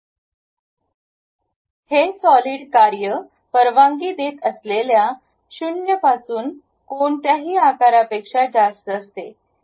म्हणून हे सॉलिड कार्य परवानगी देत असलेल्या 0 पासून कोणत्याही आकारापेक्षा जास्त असते